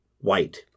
white